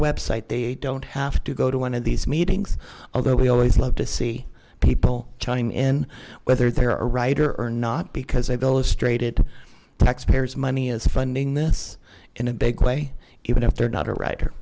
website they don't have to go to one of these meetings although we always love to see people chime in whether they're a writer or not because i've illustrated taxpayers money is funding this in a big way even if they're not a writer